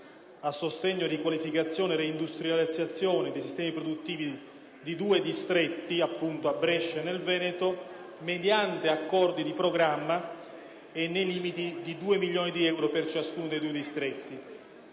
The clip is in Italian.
«sostegno, qualificazione e reindustrializzazione dei sistemi produttivi» di due distretti a Brescia e nel Veneto, mediante accordi di programma e «nel limite di 2 milioni di euro per ciascuno dei due distretti».